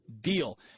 deal